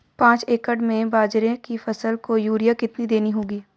पांच एकड़ में बाजरे की फसल को यूरिया कितनी देनी होगी?